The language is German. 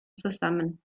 zusammen